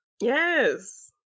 yes